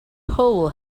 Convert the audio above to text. hole